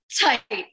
tight